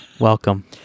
Welcome